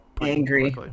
angry